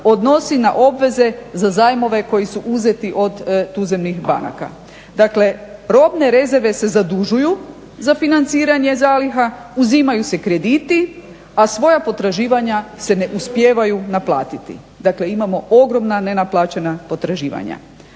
odnosi na obveze za zajmove koji su uzeti od tuzemnih banaka. Dakle robne rezerve se zadužuju za financiranje zaliha, uzimaju se krediti, a svoja potraživanja se ne uspijevaju naplatiti. Dakle imamo ogromna nenaplaćena potraživanja.